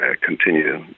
continue